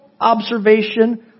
observation